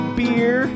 beer